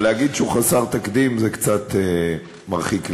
אבל להגיד שהוא חסר תקדים זה קצת מרחיק לכת.